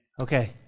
okay